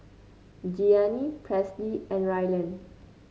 Gianni Presley and Ryland